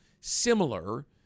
similar